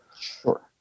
sure